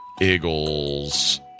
Eagles